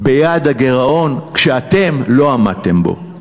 ביעד הגירעון, ואתם לא עמדתם בו.